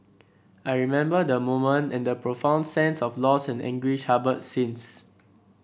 I remember the moment and the profound sense of loss and anguish harboured since